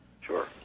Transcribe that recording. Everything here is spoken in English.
Sure